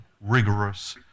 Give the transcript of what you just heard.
rigorous